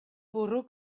bwrw